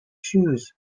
shoes